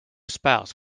spouse